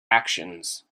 actions